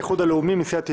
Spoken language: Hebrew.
חברי הכנסת,